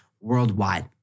worldwide